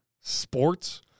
sports